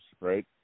right